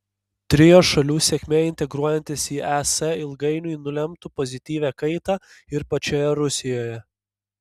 trio šalių sėkmė integruojantis į es ilgainiui nulemtų pozityvią kaitą ir pačioje rusijoje